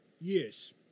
Yes